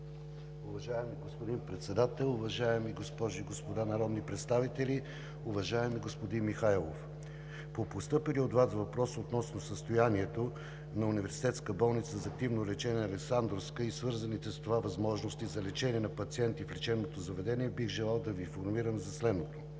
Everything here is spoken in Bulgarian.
Уважаеми господин Председател, уважаеми госпожи и господа народни представители! Уважаеми господин Михайлов, по постъпилия от Вас въпрос относно състоянието на Университетска болница за активно лечение „Александровска“ и свързаните с това възможности за лечение на пациенти в лечебното заведение бих желал да Ви информирам за следното.